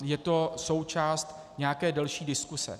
Je to součást nějaké delší diskuse.